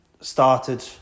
started